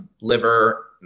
liver